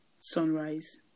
sunrise